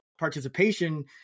participation